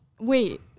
wait